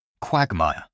Quagmire